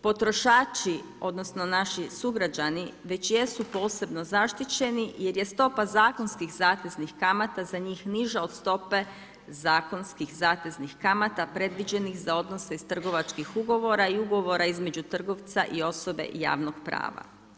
Potrošači, odnosno naši sugrađani već jesu posebno zaštićeni jer je stopa zakonskih zateznih kamata za njih niža od stope zakonskih zateznih kamata predviđenih za odnose iz trgovačkih ugovora i ugovora između trgovca i osobe javnog prava.